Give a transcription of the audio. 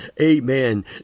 Amen